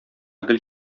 гел